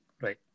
Right